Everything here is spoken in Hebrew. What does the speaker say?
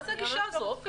מה זה הגישה הזו, עופר?